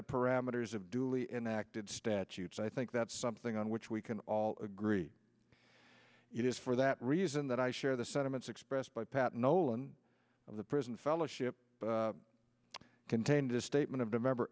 the parameters of duly enacted statutes i think that's something on which we can all agree it is for that reason that i share the sentiments expressed by pat nolan of the prison fellowship contained a statement of a member